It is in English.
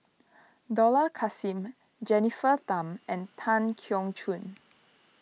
Dollah Kassim Jennifer Tham and Tan Keong Choon